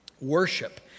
Worship